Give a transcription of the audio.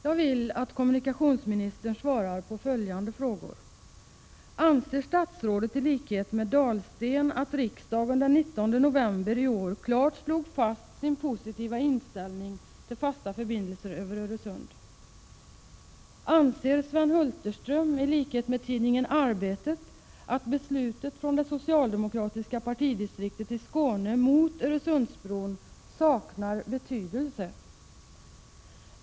Jag vill att kommunikationsministern svarar på följande frågor: Anser statsrådet i likhet med Dahlsten att riksdagen den 19 november i år klart slog fast sin positiva inställning till fasta förbindelser över Öresund? Anser Sven Hulterström i likhet med tidningen Arbetet att beslutet mot Öresundsbron från det socialdemokratiska partidistriktet i Skåne saknar betydelse?